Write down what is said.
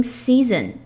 season